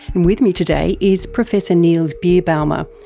and with me today is professor niels birbaumer,